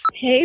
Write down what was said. Hey